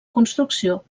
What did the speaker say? construcció